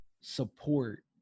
support